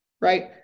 Right